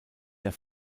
der